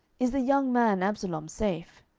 is the young man absalom safe?